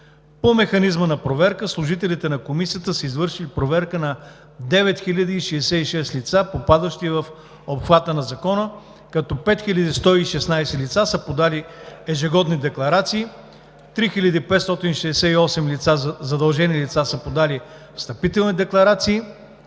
По механизма на проверка – служителите на Комисията са извършили проверка на 9066 лица, попадащи в обхвата на Закона, като 5116 лица са подали ежегодни декларации, 3568 задължени лица са подали встъпителни декларации